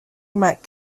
mac